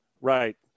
right